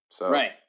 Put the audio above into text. Right